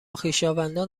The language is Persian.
خویشاوندان